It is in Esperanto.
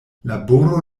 laboro